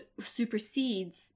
supersedes